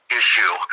issue